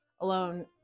alone